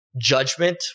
judgment